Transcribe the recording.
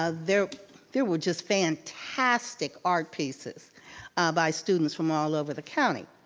ah there there were just fantastic art pieces by students from all over the county.